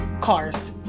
cars